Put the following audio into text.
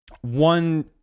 One